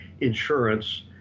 insurance